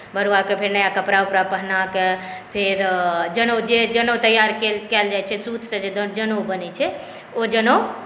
बरुआकेँ फेर नया कपड़ा उपड़ा पहिराके फेर जनउ जे जनउ तैयार कयल जाइ छै सुतसँ जे जनउ बनै छै ओ जनउ